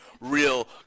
real